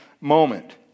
moment